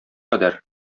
кадәр